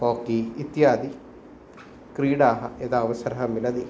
होकि इत्यादि क्रीडाः यदा अवसरः मिलति